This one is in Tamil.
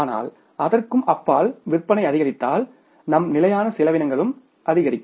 ஆனால் அதற்கும் அப்பால் விற்பனை அதிகரித்தால் நம் நிலையான செலவினங்களும் அதிகரிக்கும்